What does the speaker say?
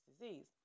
disease